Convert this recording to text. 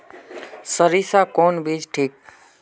सरीसा कौन बीज ठिक?